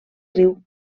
riu